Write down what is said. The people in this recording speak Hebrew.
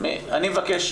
אני מבקש,